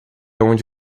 onde